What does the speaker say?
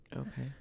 Okay